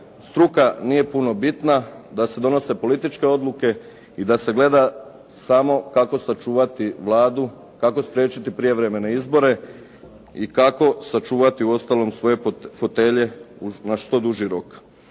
struka nije puno bitna, da se donose političke odluke i da se gleda samo kako sačuvati Vladu, kako spriječiti prijevremene izbore, i kako sačuvati uostalom svoje fotelje na što duži rok.